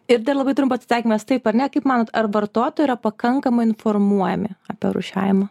ir dar labai trumpas atsakymas taip ar ne kaip manot ar vartotojai yra pakankamai informuojami apie rūšiavimą